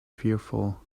fearful